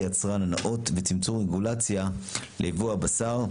יצרן נאות וצמצום רגולציה לייבוא בשר)